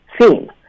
theme